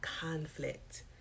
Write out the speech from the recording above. conflict